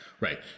Right